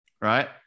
right